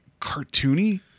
cartoony